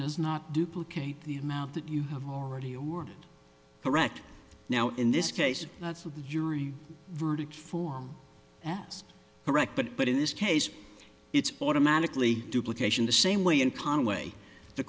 does not duplicate the amount that you have already awarded correct now in this case the jury verdict form as correct but but in this case it's automatically duplications the same way in conway the